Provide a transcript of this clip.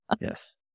Yes